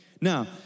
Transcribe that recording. Now